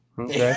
Okay